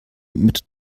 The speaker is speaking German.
mit